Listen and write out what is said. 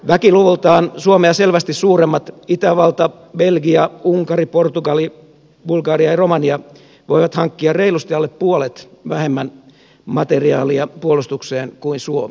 väkiluvultaan suomea selvästi suuremmat itävalta belgia unkari portugali bulgaria ja romania voivat hankkia reilusti alle puolet vähemmän materiaalia puolustukseen kuin suomi